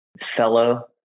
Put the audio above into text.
fellow